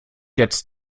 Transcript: jetzt